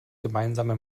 gemeinsame